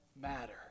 matter